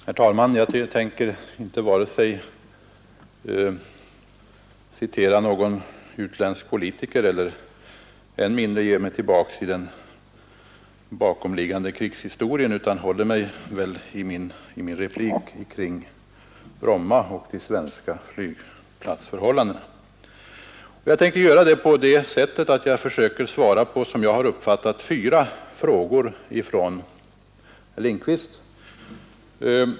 Herr talman! Jag tänker inte vare sig citera några utländska politiker eller än mindre ge mig tillbaks i krigshistorien utan håller mig i min replik kring Bromma och de svenska flygplatsförhållandena. Jag tänker försöka svara på de fyra frågor som jag uppfattade att herr Lindkvist ställde.